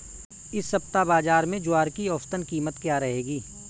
इस सप्ताह बाज़ार में ज्वार की औसतन कीमत क्या रहेगी?